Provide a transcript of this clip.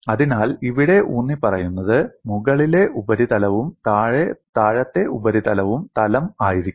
അതിനാൽ ഇവിടെ ഊന്നിപ്പറയുന്നത് മുകളിലെ ഉപരിതലവും താഴത്തെ ഉപരിതലവും തലം ആയിരിക്കണം